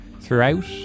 Throughout